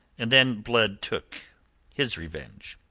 and then blood took his revenge.